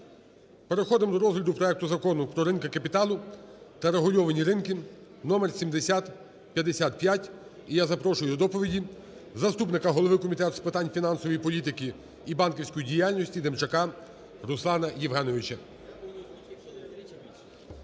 Переходимо до розгляду проекту Закону про ринки капіталу та регульовані ринки (№ 7055). І я запрошую до доповіді заступника голови Комітету з питань фінансової політики і банківської діяльності Демчака Руслана Євгенійовича.